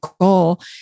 goal